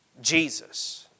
Jesus